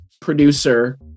producer